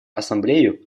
ассамблею